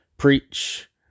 preach